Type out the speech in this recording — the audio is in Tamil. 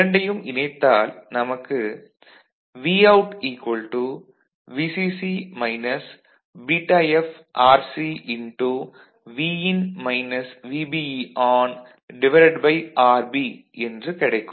இரண்டையும் இணைத்தால் நமக்கு Vout VCC βFRCVin - VBERB என்று கிடைக்கும்